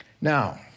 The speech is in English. Now